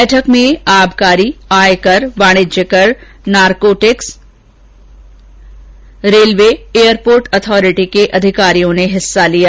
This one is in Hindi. बैठक में आबकारी आयकर वाणिज्य कर नारकोटिक्स रेलवे एयरपोर्ट ऑथोरिटी के अधिकारियों ने हिस्सा लिया